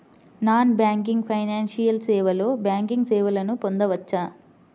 Non banking financial సేవలో banking సేవలను పొందవచ్చా?